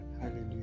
Hallelujah